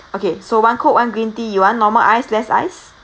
okay so one coke one green tea you want normal ice less ice